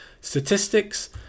statistics